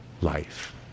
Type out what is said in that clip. life